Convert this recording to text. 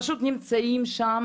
פשוט נמצאים שם.